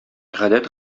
гадәт